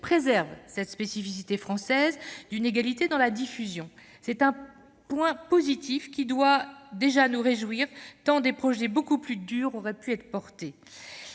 préserve cette spécificité française d'une égalité dans la diffusion. C'est un premier point positif, et nous devons nous en réjouir, car des projets beaucoup plus durs auraient pu être présentés.